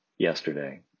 yesterday